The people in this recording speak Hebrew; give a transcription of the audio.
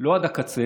לא עד הקצה,